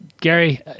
Gary